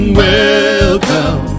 welcome